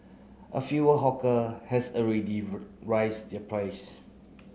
a few hawker has already rise their price